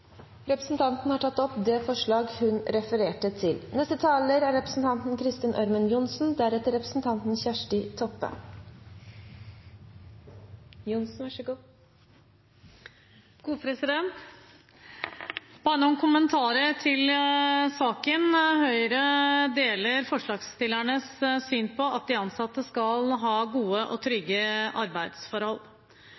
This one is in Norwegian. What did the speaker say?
Representanten Olaug V. Bollestad har tatt opp det forslaget hun refererte til. Bare noen kommentarer til saken. Høyre deler forslagsstillernes syn – at de ansatte skal ha gode og